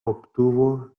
obtuvo